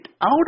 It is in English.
out